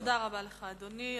תודה רבה לך, אדוני.